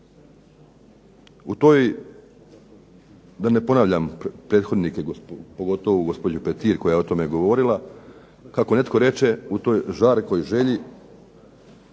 U toj, da ne ponavljam prethodnike, pogotovo gospođu Petir koja je o tome govorila, kako netko reče u toj žarkoj želji